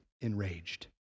enraged